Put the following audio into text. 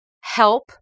help